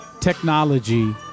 technology